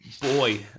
boy